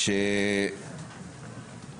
להגיד שלא